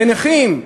לנכים,